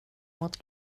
mot